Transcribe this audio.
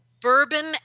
bourbon